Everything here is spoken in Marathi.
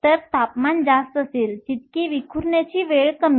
तर तापमान जास्त असेल तितकी विखुरण्याची वेळ कमी